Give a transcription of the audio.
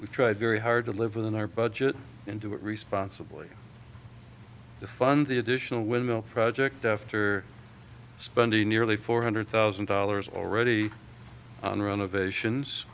we try very hard to live within our budget and do it responsibly the fund the additional will project after spending nearly four hundred thousand dollars already on run ovations